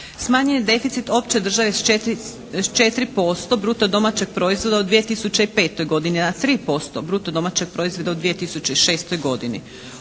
Smanjen je deficit opće države s 4% bruto domaćeg proizvoda u 2005. godini na 3% bruto domaćeg proizvoda u 2006. godini.